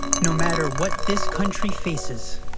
no matter what this country faces,